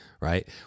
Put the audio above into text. right